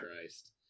Christ